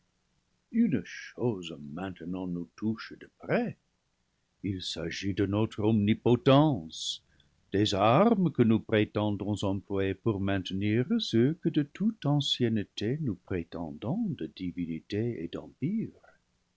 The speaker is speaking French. une chose maintenant nous tou che de près il s'agit de notre omnipotence des armes que nous prétendons employer pour maintenir ce que de toute an cienneté nous prétendons de divinité et